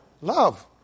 Love